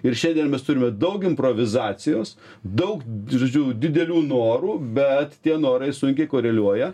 ir šiandien mes turime daug improvizacijos daug žodžiu didelių norų bet tie norai sunkiai koreliuoja